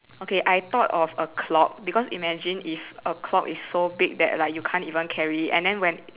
okay I thought of a clock because imagine if a clock is so big that like you can't even carry it and then when